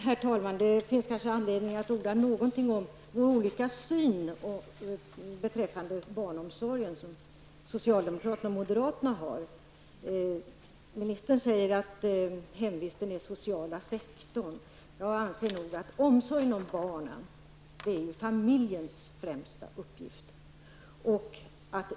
Herr talman! Det finns kanske anledning att orda något om detta att socialdemokraterna och moderaterna har olika syn på barnomsorgen. Ministern säger att hemvisten är den sociala sektorn. Men jag anser nog att omsorgen om barnen är familjens främsta uppgift.